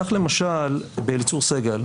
כך למשל באליצור סגל,